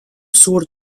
suurt